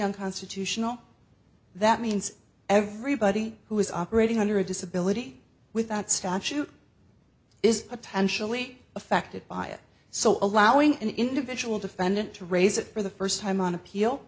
unconstitutional that means everybody who is operating under a disability without statute is potentially affected by it so allowing an individual defendant to raise it for the first time on appeal